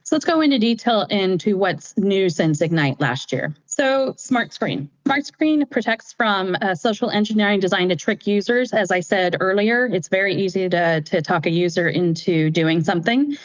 so let's go into detail into what's new since ignite last year. so smartscreen smartscreen protects from social engineering designed to trick users. as i said earlier, it's very easy to to talk a user into doing something.